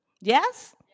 Yes